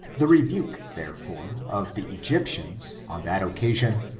the rebuke, therefore, of the egyptians, on that occasion,